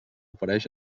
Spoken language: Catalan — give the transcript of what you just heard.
ofereix